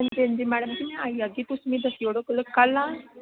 हां जी हां जी मैडम जी आई जाह्गी तुस मिगी दस्सी ओड़ो कल आं